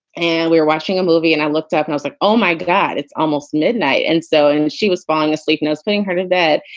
and we were watching a movie and i looked up and was like, oh, my god, it's almost midnight. and so and she was falling asleep, notes, putting her to bed.